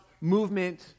movement